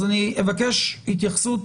אז אני אבקש התייחסות